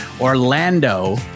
Orlando